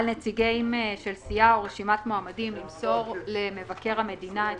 על נציגים של סיעה או רשימת מועמדים למסור למבקר המדינה את